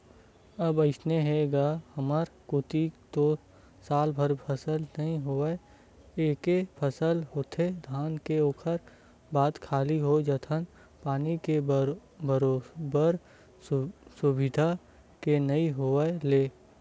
अब अइसे हे गा हमर कोती तो सालभर फसल नइ लेवन एके फसल लेथन धान के ओखर बाद खाली हो जाथन पानी के बरोबर सुबिधा के नइ होय ले